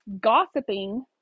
gossiping